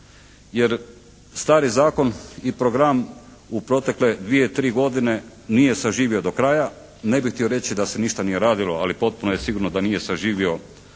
Jer stari zakon i program u protekle dvije, tri godine nije saživio do kraja. Ne bih htio reći da se ništa nije radilo, ali potpuno je sigurno da nije saživio